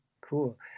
cool